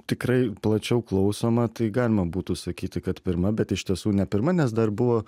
tikrai plačiau klausoma tai galima būtų sakyti kad pirma bet iš tiesų ne pirma nes dar buvo